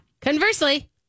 conversely